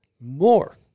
more